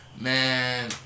man